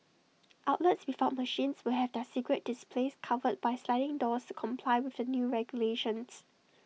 outlets without machines will have their cigarette displays covered by sliding doors comply with the new regulations